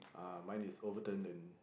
uh mine is overturned and